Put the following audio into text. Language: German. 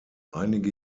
einige